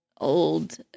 old